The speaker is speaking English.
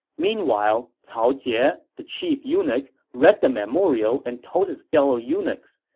meanwhile, cao jie, ah the chief eunuch, read the memorial and told his fellow eunuchs.